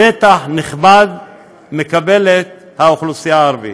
נתח נכבד מקבלת האוכלוסייה הערבית.